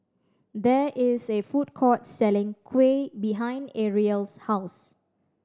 there is a food court selling kuih behind Ariel's house